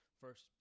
first